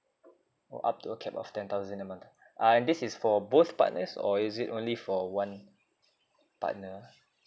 or up to a cap of ten thousand a month uh this is for both partners or is it only for one partner